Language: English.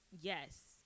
Yes